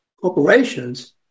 corporations